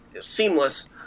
seamless